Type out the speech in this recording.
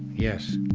yes.